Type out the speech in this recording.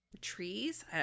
trees